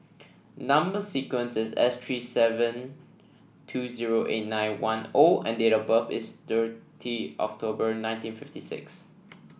number sequence is S three seven two zero eight nine one O and date of birth is thirty October nineteen fifty six